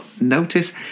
notice